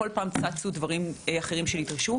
איך כל פעם צצו דברים והיה צריך לתקן את החוק.